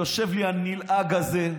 יושב לי הנלעג הזה,